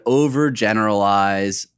overgeneralize